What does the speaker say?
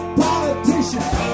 politicians